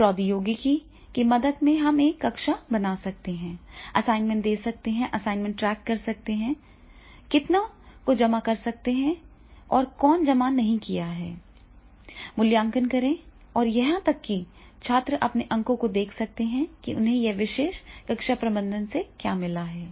प्रौद्योगिकी की मदद से हम एक कक्षा बना सकते हैं असाइनमेंट दे सकते हैं असाइनमेंट ट्रैक कर सकते हैं कितने को जमा कर सकते हैं कौन जमा नहीं किया है मूल्यांकन करें और यहां तक कि छात्र अपने अंकों को देख सकते हैं कि उन्हें इस विशेष कक्षा प्रबंधन से क्या मिला है